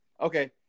Okay